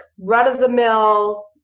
run-of-the-mill